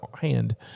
hand